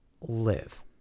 live